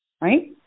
Right